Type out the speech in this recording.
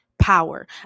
power